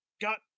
got